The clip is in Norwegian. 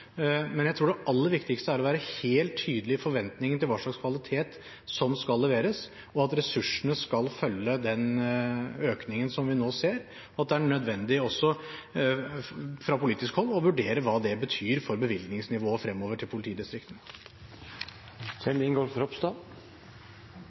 men det kan godt være et virkemiddel som kan brukes, jeg avviser ikke det. Det aller viktigste tror jeg er å være helt tydelig i forventningen til hva slags kvalitet som skal leveres, og at ressursene skal følge den økningen som vi nå ser, og at det er nødvendig, også fra politisk hold, å vurdere hva det betyr for bevilgningsnivået fremover til